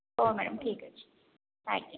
ହେଉ ମ୍ୟାଡ଼ାମ ଠିକ ଅଛି ଆଜ୍ଞା